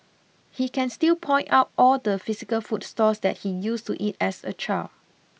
he can still point out all the physical food stalls that he used to eat at as a child